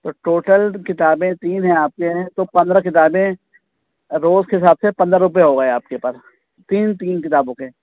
تو ٹوٹل کتابیں تین ہیں آپ کے ہیں تو پندرہ کتابیں روز کے حساب سے پندرہ روپے ہو گئے آپ کے اوپر تین تین کتابوں کے